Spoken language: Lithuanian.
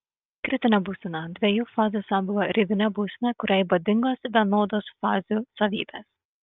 kritinė būsena dviejų fazių sambūvio ribinė būsena kuriai būdingos vienodos fazių savybės